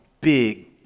big